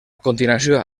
continuació